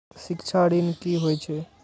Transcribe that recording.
शिक्षा ऋण की होय छै?